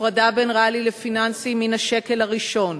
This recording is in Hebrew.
הפרדה בין ריאלי לפיננסי מן השקל הראשון.